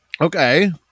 okay